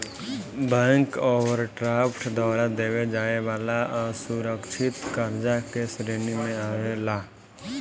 bank overdraft द्वारा देवे जाए वाला असुरकछित कर्जा के श्रेणी मे आवेला